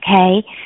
Okay